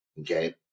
okay